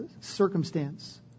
circumstance